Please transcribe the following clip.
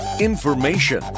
information